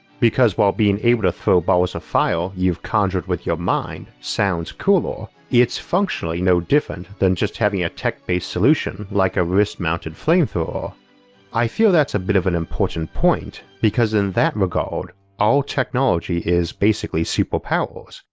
because while being able to throw balls of fire you've conjured with your mind sounds cooler, it's functionally no different than just having a tech-based solution like a wrist-mounted flamethrower. i feel that's a bit of an important point, because in that regard all technology is basically superpowers,